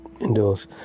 indoors